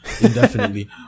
indefinitely